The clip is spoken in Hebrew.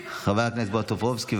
חבר הכנסת בועז טופורובסקי,